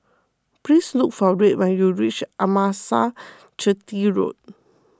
please look for Red when you reach Amasalam Chetty Road